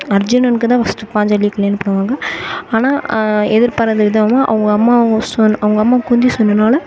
அர்ஜுனனுக்கு தான் ஃபஸ்ட்டு பாஞ்சாலியை கல்யாணம் பண்ணுவாங்க ஆனால் எதிர்பாராத விதமாக அவங்க அம்மா ஃபஸ்ட்டு அவங்க அம்மா குந்தி சொன்னதினால